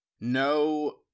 No